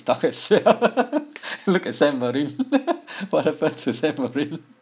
stuff itself look at what happened to